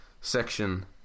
section